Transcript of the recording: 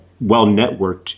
well-networked